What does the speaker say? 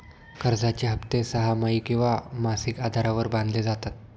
कर्जाचे हप्ते सहामाही किंवा मासिक आधारावर बांधले जातात